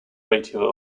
ratio